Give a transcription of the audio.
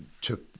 took